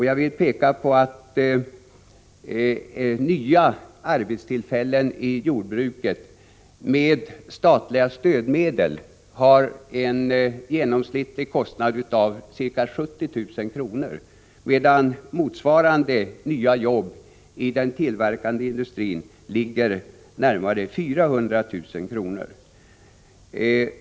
Jag vill peka på att nya arbetstillfällen i jordbruket med statliga stödmedeli genomsnitt drar en kostnad på ca 70 000 kr., medan motsvarande nya arbeten inom tillverkningsindustrin skulle kosta närmare 400 000 kr.